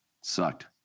sucked